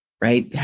right